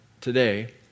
today